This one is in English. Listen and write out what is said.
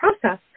process